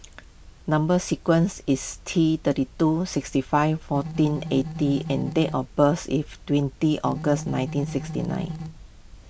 Number Sequence is T thirty two sixty five fourteen eighty and date of birth is twenty August nineteen sixty nine